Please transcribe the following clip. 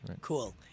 Cool